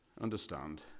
understand